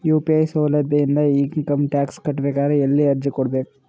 UPI ಸೌಲಭ್ಯ ಇಂದ income tax ಕಟ್ಟಬೇಕಾದರ ಎಲ್ಲಿ ಅರ್ಜಿ ಕೊಡಬೇಕು?